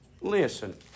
Listen